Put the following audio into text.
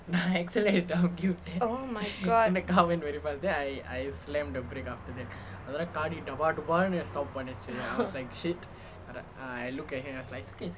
oh my god